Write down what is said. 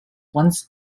once